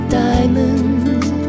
diamonds